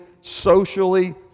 socially